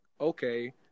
okay